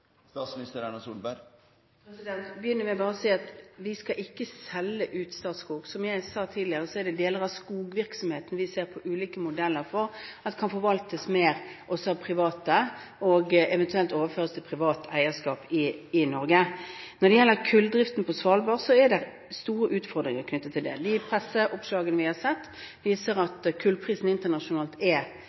begynne med vil jeg bare si at vi ikke skal selge ut Statskog. Som jeg sa tidligere, er det for deler av skogvirksomheten vi ser på ulike modeller, med tanke på om den kan forvaltes mer av private og eventuelt overføres til privat eierskap i Norge. Når det gjelder kulldriften på Svalbard, er det store utfordringer knyttet til den. De presseoppslagene vi har sett, viser at kullprisen internasjonalt er